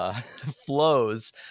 flows